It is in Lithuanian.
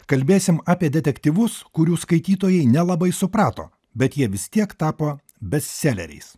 kalbėsim apie detektyvus kurių skaitytojai nelabai suprato bet jie vis tiek tapo bestseleriais